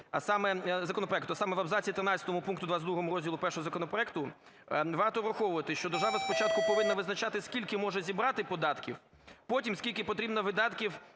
а саме в абзаці 13 пункту 22 розділу І законопроекту варто враховувати, що держава спочатку повинна визначати, скільки може зібрати податків, потім – скільки потрібно видатків